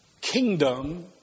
kingdom